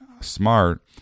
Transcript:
smart